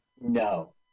No